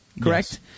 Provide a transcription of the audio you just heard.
Correct